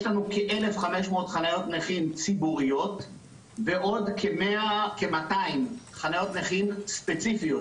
יש לנו כ-1,500 חניות נכים ציבוריות ועוד כ-200 חניות נכים ספציפיות,